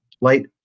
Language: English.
light